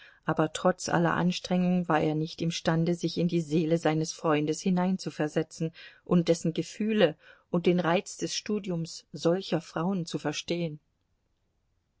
aber trotz aller anstrengung war er nicht imstande sich in die seele seines freundes hineinzuversetzen und dessen gefühle und den reiz des studiums solcher frauen zu verstehen